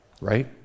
Right